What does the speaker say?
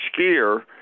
skier